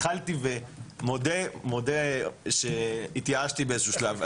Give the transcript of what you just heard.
התחלתי ומודה שהתייאשתי באיזשהו שלב.